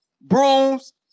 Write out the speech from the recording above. brooms